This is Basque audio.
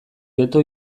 ghetto